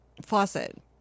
faucet